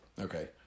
Okay